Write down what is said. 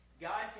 God